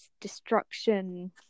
destruction